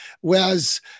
whereas